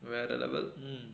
well that level mm